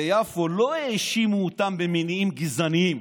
ביפו לא האשימו אותם במניעים גזעניים,